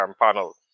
panel